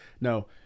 No